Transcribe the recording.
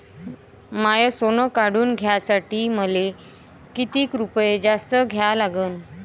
माय सोनं काढून घ्यासाठी मले कितीक रुपये जास्त द्या लागन?